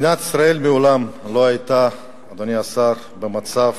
מדינת ישראל מעולם לא היתה, אדוני השר, במצב